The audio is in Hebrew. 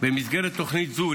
במסגרת תוכנית זו,